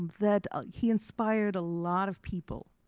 that he inspired a lot of people.